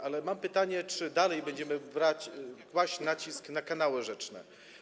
Ale mam pytanie: Czy dalej będziemy kłaść nacisk na kanały rzeczne?